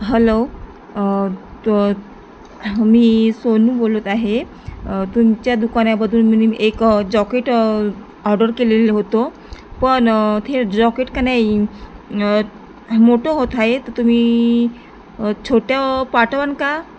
hello तो मी सोनू बोलत आहे तुमच्या दुकानामधून मी एक जॉकेट ऑडर केलेलं होतं पण ते जॉकेट का नाही न मोठं होत आहे तर तुम्ही छोटं पाठवाल का